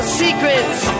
secrets